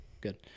good